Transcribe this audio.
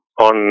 on